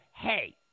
hey